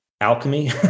alchemy